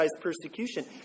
persecution